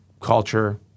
culture